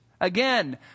Again